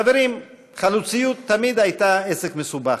חברים, חלוציות תמיד הייתה עסק מסובך,